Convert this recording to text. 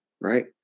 right